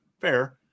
fair